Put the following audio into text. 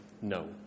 no